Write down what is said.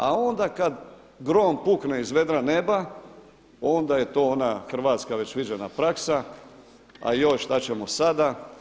A onda kad grom pukne iz vedra neba, onda je to ona hrvatska već viđena praksa, a joj šta ćemo sada.